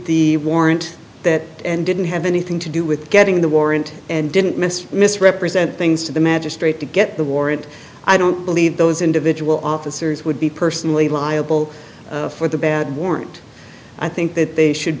the warrant that and didn't have anything to do with getting the warrant and didn't miss misrepresent things to the magistrate to get the warrant i don't believe those individual officers would be personally liable for the bad warrant i think that they should